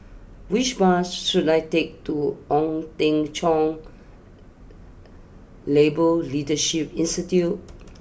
which bus should I take to Ong Teng Cheong Labour Leadership Institute